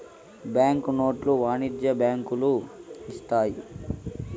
bank నోట్లు వాణిజ్య బ్యాంకులు ఇత్తాయి